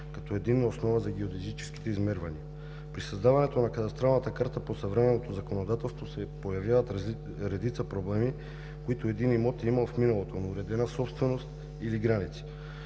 като единна основа за геодезическите измервания. При създаването на кадастралната карта по съвременното законодателство се появяват редица проблеми, които един имот е имал в миналото – неуредена собственост или граници.